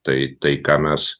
tai tai ką mes